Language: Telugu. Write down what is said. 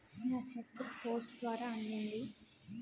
నా చెక్ బుక్ పోస్ట్ ద్వారా అందింది